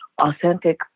authentic